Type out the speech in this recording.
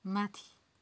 माथि